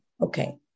Okay